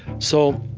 so,